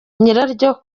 nyiraryo